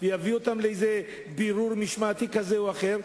ויביאו אותם לבירור משמעתי כזה או אחר.